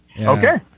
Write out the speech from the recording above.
Okay